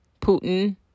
Putin